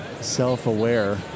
self-aware